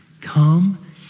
Come